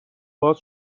باز